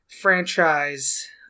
franchise